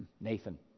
Nathan